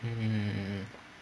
mm mm